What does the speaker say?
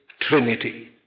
Trinity